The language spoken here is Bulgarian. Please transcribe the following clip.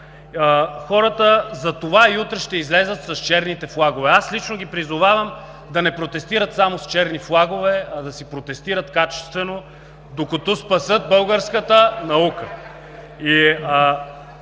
Хората затова и утре ще излязат с черните флагове. Аз лично ги призовавам да не протестират само с черни флагове, а да си протестират качествено, докато спасят българската наука.